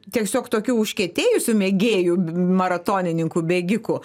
tiesiog tokiu užkietėjusiu mėgėju maratonininku bėgiku